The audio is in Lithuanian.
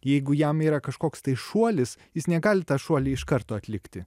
jeigu jam yra kažkoks tai šuolis jis negali tą šuolį iš karto atlikti